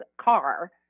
car